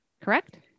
Correct